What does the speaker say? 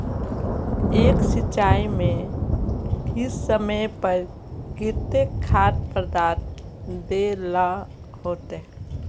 एक सिंचाई में किस समय पर केते खाद पदार्थ दे ला होते?